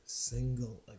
Single